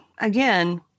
again